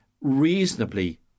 reasonably